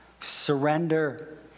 Surrender